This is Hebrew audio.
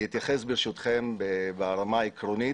אני אתייחס, ברשותכם, ברמה העקרונית